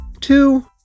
two